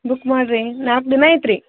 book ಮಾಡಿ ರಿ ನಾಲ್ಕು ದಿನ ಆಯ್ತ್ರೀ